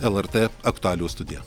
lrt aktualijų studija